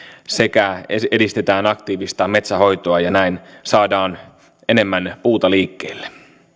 sekä edistetään aktiivista metsänhoitoa ja näin saadaan enemmän puuta liikkeelle